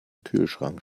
kühlschrank